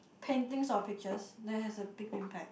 paintings or the pictures that has a big impact